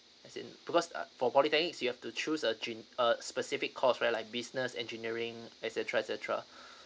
as in because uh for polytechnics you have to choose a a specific course where like business engineering etcetera etcetera